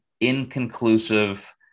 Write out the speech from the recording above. inconclusive